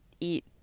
eat